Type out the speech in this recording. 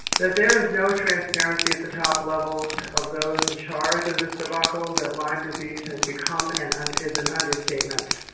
that there is no transparency at the top levels of those in charge of this debacle that lyme disease has become and and is and understatement.